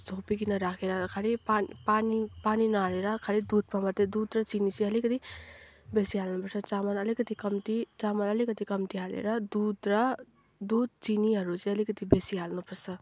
छोपिकन राखेर खालि पानी पानी नहालेर खालि दुधमा मात्रै दुध र चिनी चाहिँ अलिकति बेसी हाल्नुपर्छ चामल अलिकति कम्ती चामल अलिकती कम्ती हालेर दुध र दुध चिनीहरू चाहिँ अलिकति बेसी हाल्नुपर्छ